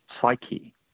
psyche